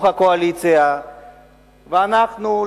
ואנחנו,